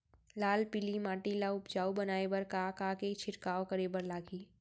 लाल पीली माटी ला उपजाऊ बनाए बर का का के छिड़काव करे बर लागही?